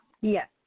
Yes